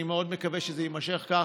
אני מאוד מקווה שזה יימשך כך,